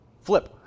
Flip